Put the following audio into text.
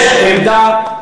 יש עמדה,